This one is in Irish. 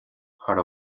thar